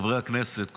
חברי הכנסת,